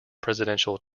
presidential